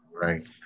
Right